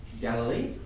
Galilee